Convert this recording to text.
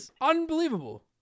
Unbelievable